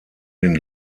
den